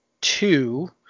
two